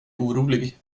orolig